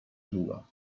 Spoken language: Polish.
długo